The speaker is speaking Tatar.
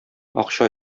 акча